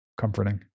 comforting